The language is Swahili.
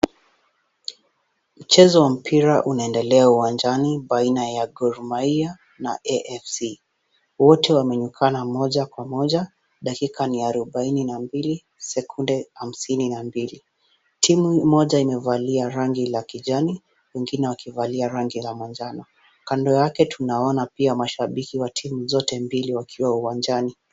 Mchezo wa mpira unaendelea uwanjani baina ya Gor Mahia na AFC , wote wameonekana moja kwa moja, dakika ni ya arobaini na mbili sekunde hamsini na mbili, timu moja imevalia rangi ya kijani na wengine wakivalia rangi ya manjano, kando yake tunaona pia mashabiki wa timu zote mbili wakiwa uwanjani.